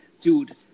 dude